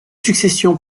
succession